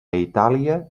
itàlia